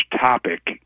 topic